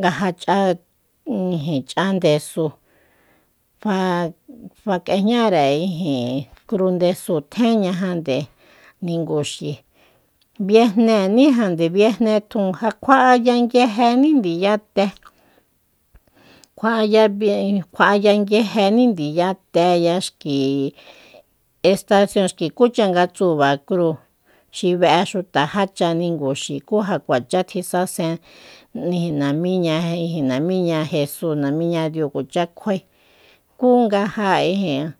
Nga ja ch'á ijin ch'á ndesu fa- fa k'ejñara crú ndesu tjenñajande ninguxi biejnénijande biejné tjun ja kjua'aya nguijení ndiyate kjua'aya ngujení ndiyateya xki estasion xki kúcha nga tsuba crúu xi be'e xuta já cha ninguxi kú ja kuacha kisasen namíña jesú namíña diu kuacha kjuae kú nga ja ijin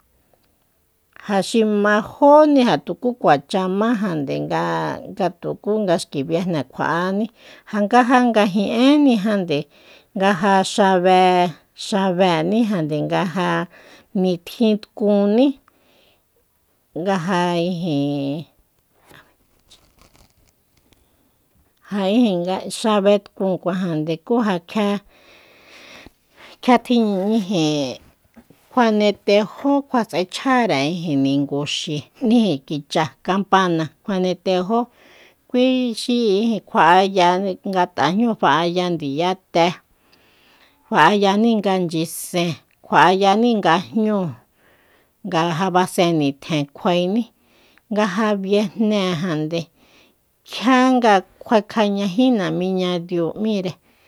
ja xi ma jóni ja tukúkuachá májande nga- nga tukú nga xki biejné kjua'aní ja nga ja ngajín'énijande nga ja xabe- xabénijande nga ja nitjin tkunní nga ja ijin ja ijin xabe tkunkuajande ku ja kjia- kjia tjin ijin kjune tejó kjua s'echjare ijin ninguxi ijin kicha kampana kjuane tejó kui xi ijin kjua'aya nga tajñú fa'aya ndiyate fa'ayani nga nchyisen kjua'ayaní nga jñúu nga ja basen nitjen kjuaení nga ja viejnéjande kjia nga kjuakañají namiña diu m'íre